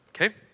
okay